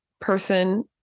person